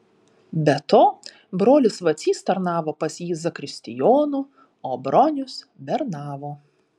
be to brolis vacys tarnavo pas jį zakristijonu o bronius bernavo